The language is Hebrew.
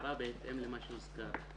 הערה בהתאם למה שהוזכר.